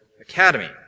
Academy